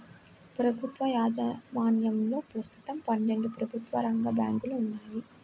ప్రభుత్వ యాజమాన్యంలో ప్రస్తుతం పన్నెండు ప్రభుత్వ రంగ బ్యాంకులు ఉన్నాయి